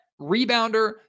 rebounder